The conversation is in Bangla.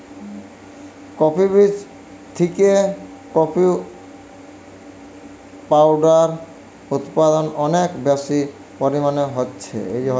কফি বীজ থিকে কফি পাউডার উদপাদন অনেক বেশি পরিমাণে হচ্ছে